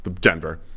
Denver